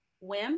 whim